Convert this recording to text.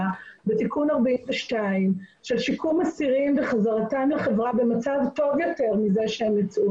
בתיקון 42 של שיקום אסירים וחזרתם לחברה במצב טוב יותר מזה שהם יצאו